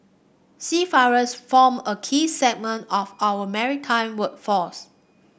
seafarers form a key segment of our maritime workforce